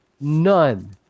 None